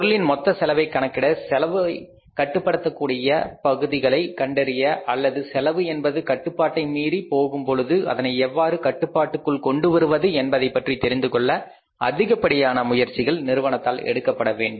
பொருளின் மொத்த செலவை கணக்கிட செலவை கட்டுப்படுத்தக்கூடிய பகுதிகளை கண்டறிய அல்லது செலவு என்பது கட்டுப்பாட்டை மீறி போகும் பொழுது அதனை எவ்வாறு கட்டுப்பாட்டுக்குள் கொண்டுவருவது என்பதை பற்றி தெரிந்து கொள்ள அதிகப்படியான முயற்சிகள் நிறுவனத்தால் எடுக்கப்படவேண்டும்